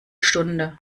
stunde